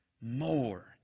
more